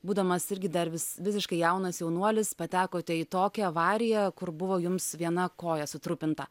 būdamas irgi dar vis visiškai jaunas jaunuolis patekote į tokią avariją kur buvo jums viena koja sutrupinta